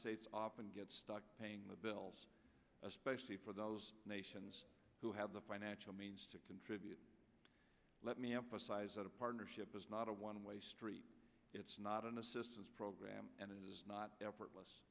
states often gets stuck paying the bills especially for those nations who have the financial means to contribute let me emphasize that a partnership is not a one way street it's not an assistance program and it is not effortless